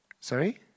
Sorry